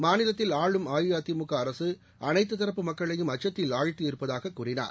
மாநிலத்தில் ஆளும் அஇஅதிமுக அரசு அனைத்துத் தரப்பு மக்களையும் அச்சத்தில் ஆழ்த்தியிருப்பதாகக் கூறினார்